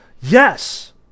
Yes